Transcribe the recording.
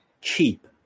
cheap